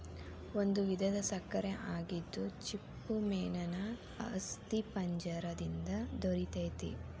ಒಂದು ವಿಧದ ಸಕ್ಕರೆ ಆಗಿದ್ದು ಚಿಪ್ಪುಮೇನೇನ ಅಸ್ಥಿಪಂಜರ ದಿಂದ ದೊರಿತೆತಿ